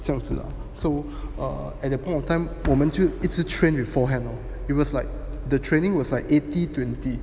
这样子 lah so err at that point of time 我们就一直 train with forehand because like the training was like eighty twenty